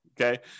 Okay